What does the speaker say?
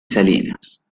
salinas